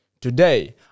Today